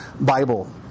Bible